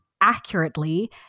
accurately